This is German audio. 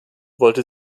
wollte